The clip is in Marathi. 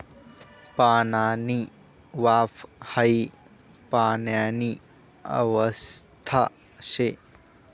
पाणीनी वाफ हाई पाणीनी अवस्था शे